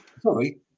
Sorry